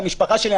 וגם המשפחה שלי.